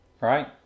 Right